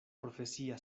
profesia